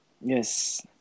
Yes